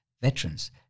veterans